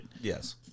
Yes